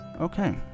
okay